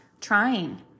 trying